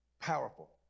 Powerful